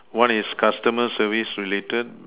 one is customer service related